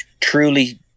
truly